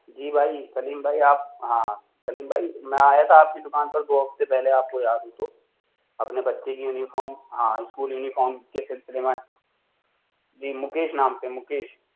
جی بھائی سلیم بھائی آپ ہاں سلیم بھائی میں آیا تھا آپ کی دُکان پر دو ہفتے پہلے آپ کے یاد ہو تو اپنے بچے کی یونیفام ہاں اسکول یونیفام کے سلسلے میں جی مُکیش نام سے مُکیش